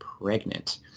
pregnant